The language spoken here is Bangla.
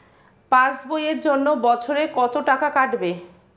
পাস বইয়ের জন্য বছরে কত টাকা কাটবে?